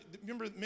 remember